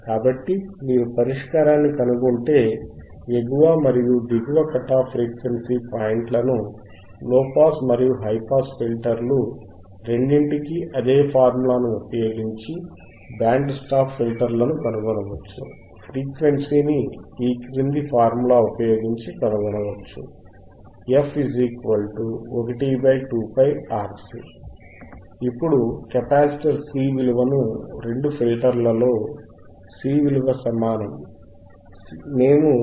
కాబట్టి మీరు పరిష్కారాన్ని కనుగొంటే ఎగువ మరియు దిగువ కట్ ఆఫ్ ఫ్రీక్వెన్సీ పాయింట్ల ను లోపాస్ మరియు హై పాస్ ఫిల్టర్లు రెండింటికీ అదే ఫార్ములాను ఉపయోగించి బ్యాండ్ స్టాప్ ఫిల్టర్ లను కను గొనవచ్చు ఫ్రీక్వెన్సీని ఈ క్రింది ఫార్ములాను ఉపయోగించి కనుగొనవచ్చు f 1 2πRC ఇప్పుడు కెపాసిటర్ C విలువను రెండు ఫిల్టర్లలో C విలువ సమానం మేము 0